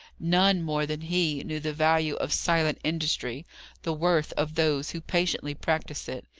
none, more than he, knew the value of silent industry the worth of those who patiently practise it.